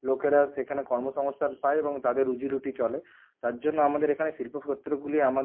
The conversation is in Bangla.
লোকেরা সেখানে কর্ম সংস্থান পায় এবং তাদের রুজি রুটি চলে তার জন্য আমাদের এখানে শিল্পক্ষেত্রগুলি আমাদের